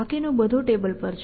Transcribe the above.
બાકીનું બધું ટેબલ પર છે